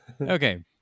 Okay